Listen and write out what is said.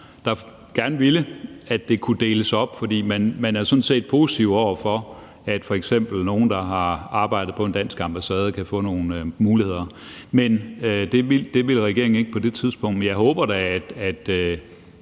der gerne ville have, at det blev delt op, for man var sådan set positiv over for, at nogle, der f.eks. har arbejdet på en dansk ambassade, kan få nogle muligheder, men det ville regeringen ikke på det tidspunkt. Men jeg håber da, at